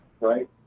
right